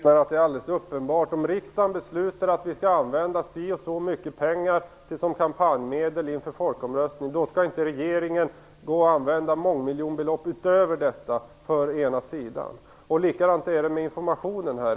Herr talman! Om riksdagen beslutar att vi skall använda si och så mycket pengar som kampanjmedel inför folkomröstning, då skall inte regeringen få använda mångmiljonbelopp utöver detta för ena sidan. Likadant är det med informationen.